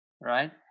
right